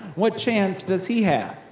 what chance does he have?